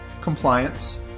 Compliance